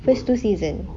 first two season